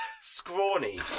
scrawny